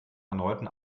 erneuten